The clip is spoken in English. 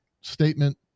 statement